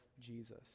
Jesus